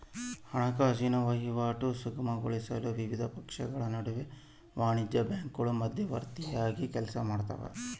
ಹಣಕಾಸಿನ ವಹಿವಾಟು ಸುಗಮಗೊಳಿಸಲು ವಿವಿಧ ಪಕ್ಷಗಳ ನಡುವೆ ವಾಣಿಜ್ಯ ಬ್ಯಾಂಕು ಮಧ್ಯವರ್ತಿಯಾಗಿ ಕೆಲಸಮಾಡ್ತವ